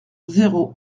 zéro